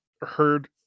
heard